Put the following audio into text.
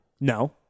No